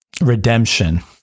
Redemption